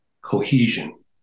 cohesion